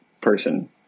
person